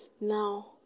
Now